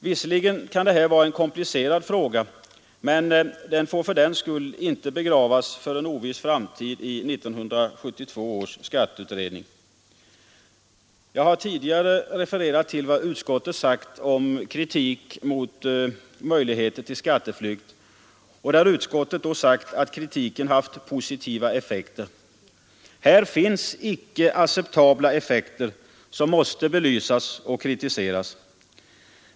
Visserligen kan detta vara en komplicerad fråga, men den får fördenskull inte begravas för en oviss framtid i 1972 års skatteutredning. Jag har tidigare refererat till vad utskottet sagt om att kritik mot möjligheter till skatteflykt haft positiva effekter. Här finns icke acceptabla förhållanden som måste belysas och kritiseras.